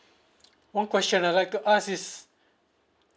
one question I'd like to ask is